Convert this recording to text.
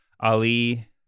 Ali